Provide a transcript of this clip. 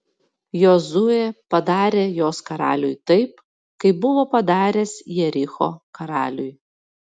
jozuė padarė jos karaliui taip kaip buvo padaręs jericho karaliui